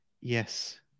yes